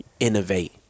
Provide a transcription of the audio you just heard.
innovate